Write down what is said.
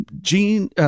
Gene